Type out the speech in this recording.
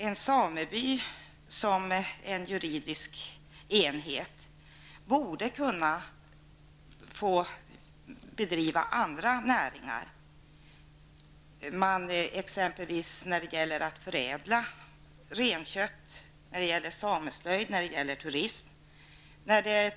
En sameby borde som juridisk enhet kunna få bedriva även andra näringar, exempelvis förädling av renkött, sameslöjd och turism.